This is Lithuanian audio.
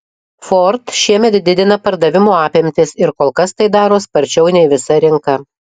ford šiemet didina pardavimo apimtis ir kol kas tai daro sparčiau nei visa rinka